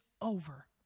over